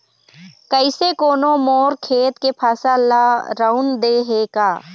कइसे कोनो मोर खेत के फसल ल रंउद दे हे का?